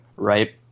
right